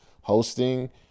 hosting